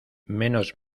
menos